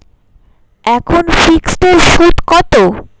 এখন ফিকসড এর সুদ কত?